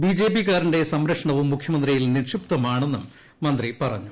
ബിജെപിക്കാരന്റെ സംരക്ഷണവും മുഖ്യമന്ത്രിയിൽ നിക്ഷിപ്തമാണെന്നും മന്ത്രി പറഞ്ഞു